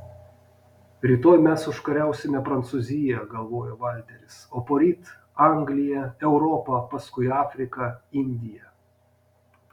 rytoj mes užkariausime prancūziją galvojo valteris o poryt angliją europą paskui afriką indiją